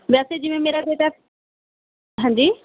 ਵੈਸੇ ਜਿਵੇਂ ਮੇਰਾ ਬੇਟਾ ਹਾਂਜੀ